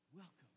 Welcome